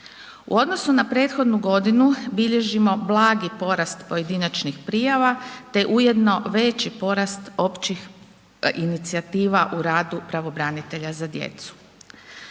U odnosu na prethodnu godinu, bilježimo blagi porast pojedinačnih prijava te ujedno veći porast općih inicijativa u radu pravobranitelja za djecu.